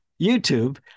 YouTube